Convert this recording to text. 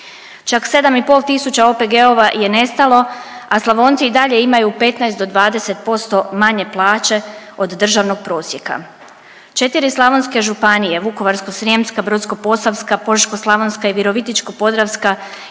tisuća OPG-ova je nestalo, a Slavonci i dalje imaju 15 do 20% manje plaće od državnog prosjeka. Četiri slavonske županije Vukovarsko-srijemska, Brodsko-posavska, Požeško-slavonska i Virovitičko-podravska